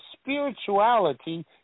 spirituality